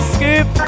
Skip